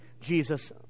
Jesus